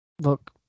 look